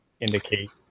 indicate